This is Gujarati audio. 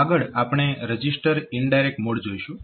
આગળ આપણે રજીસ્ટર ઇનડાયરેક્ટ મોડ જોઈશું